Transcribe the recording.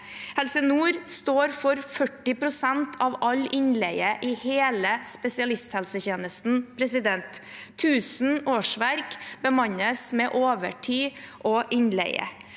Helse Nord står for 40 pst. av all innleie i hele spesialisthelsetjenesten. 1 000 årsverk bemannes med overtid og innleie.